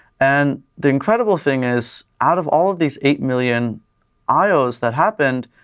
and the incredible thing is, out of all of these eight million ios that happened,